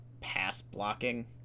pass-blocking